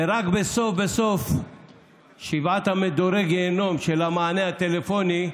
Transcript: ורק בסוף שבעת מדורי הגיהינום של המענה הטלפוני,